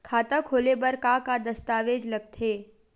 खाता खोले बर का का दस्तावेज लगथे?